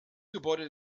gebäude